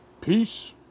peace